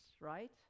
right